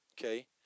Okay